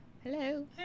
Hello